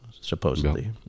supposedly